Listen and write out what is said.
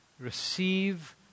Receive